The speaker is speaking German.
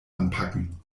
anpacken